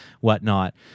whatnot